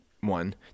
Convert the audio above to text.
one